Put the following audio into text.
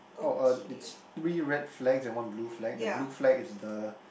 oh uh it's three red flags and one blue flag the blue flag is the